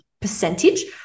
percentage